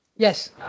Yes